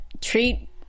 treat